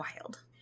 Wild